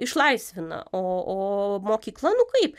išlaisvina o o mokykla nu kaip